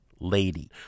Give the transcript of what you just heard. lady